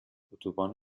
اتوبان